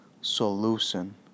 solution